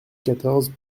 quatorze